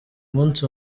munsi